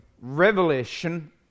revelation